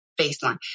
baseline